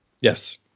Yes